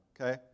okay